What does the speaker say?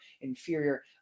inferior